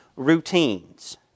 routines